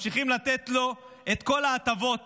ממשיכים לתת לו את כל ההטבות